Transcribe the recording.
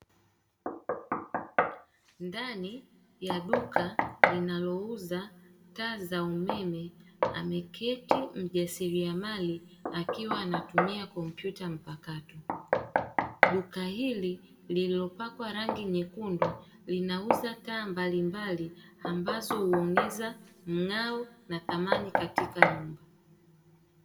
Ndani ya duka linalouza taa za umeme ameketi mjasiriamali akiwa anatumia kompyuta mpakato, duka hili lililopakwa rangi nyekundu linauza taa mbalimbali ambazo huongeza mung'ao na thamani katika nyumba.